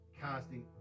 Casting